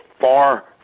far